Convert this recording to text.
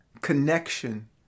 connection